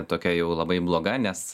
tokia jau labai bloga nes